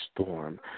storm